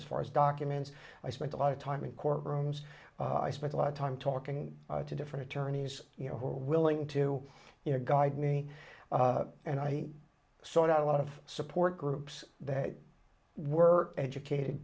as far as documents i spent a lot of time in courtrooms i spent a lot of time talking to different attorneys you know who are willing to you know guide me and i sought out a lot of support groups that were educated